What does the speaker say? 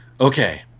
Okay